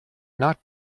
not